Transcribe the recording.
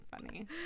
funny